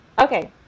Okay